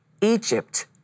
Egypt